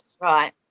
right